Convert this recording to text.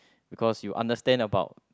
because you understand about